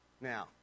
Now